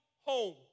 home